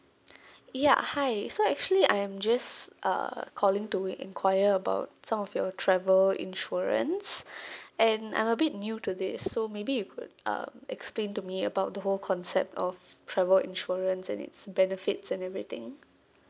ya hi uh so actually I'm just uh calling to inquire about some of your travel insurance and I'm a bit new to this so maybe you could uh explain to me about the whole concept of travel insurance and its benefits and everything